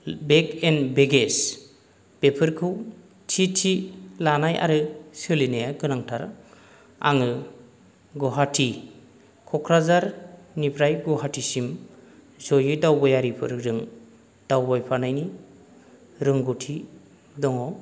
bag and baggage बेफोरखौ थि थि लानाय आरो सोलिनाया गोनांथार आङो गुवाहाटी कक्राझारनिफ्राय गुवाहाटीसिम जयै दावबायारिफोरजों दावबायफानायनि रोंगौथि दङ